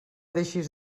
deixes